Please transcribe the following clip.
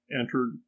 entered